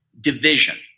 division